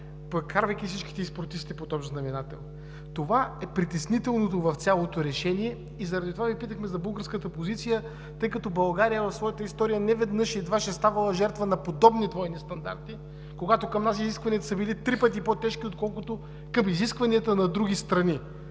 прекарвайки всичките ѝ спортисти под общ знаменател. Това е притеснителното в цялото решение и заради това Ви питахме за българската позиция, тъй като България в своята история неведнъж и дваж е ставала жертва на подобни двойни стандарти, когато към нас изискванията са били три пъти по-тежки, отколкото изискванията към други страни.